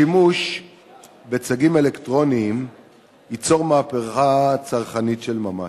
השימוש בצגים אלקטרוניים ייצור מהפכה צרכנית של ממש.